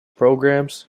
programs